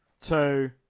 two